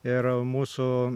ir mūsų